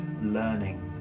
learning